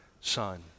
son